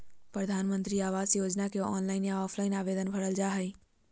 प्रधानमंत्री आवास योजना के ऑनलाइन या ऑफलाइन आवेदन भरल जा हइ